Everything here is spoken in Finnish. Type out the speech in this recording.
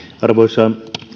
arvoisa